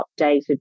updated